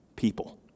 people